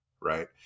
right